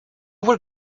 were